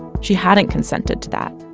she hadn't consented to that.